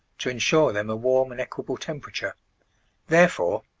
to ensure them a warm and equable temperature therefore,